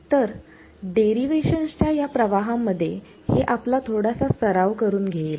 तरडेरिव्हेशन्स च्या या प्रवाहांमध्ये हे आपला थोडासा सराव करून घेईल